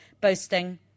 boasting